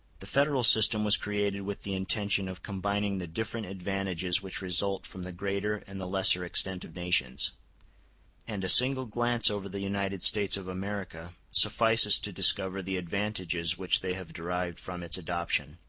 the federal system was created with the intention of combining the different advantages which result from the greater and the lesser extent of nations and a single glance over the united states of america suffices to discover the advantages which they have derived from its adoption.